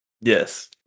Yes